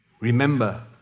remember